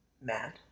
Mad